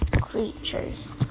creatures